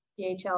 PHL